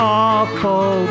awful